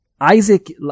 Isaac